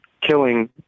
killing